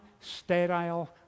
sterile